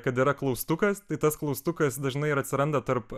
kad yra klaustukas tai tas klaustukas dažnai ir atsiranda tarp